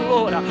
Lord